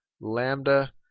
lambda